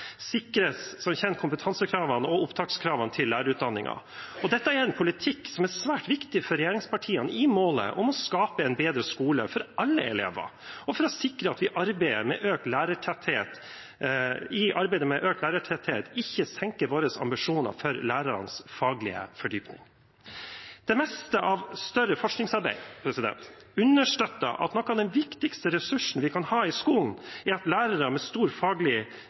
sikres som kjent kompetansekravene og opptakskravene til lærerutdanningen, og dette er en politikk som er svært viktig for regjeringspartiene når det gjelder målet om å skape en bedre skole for alle elever, og for å sikre at vi i arbeidet med økt lærertetthet ikke senker våre ambisjoner for lærernes faglige fordypning. Det meste av større forskningsarbeid understøtter at en av de viktigste ressursene vi kan ha i skolen, er lærere med stor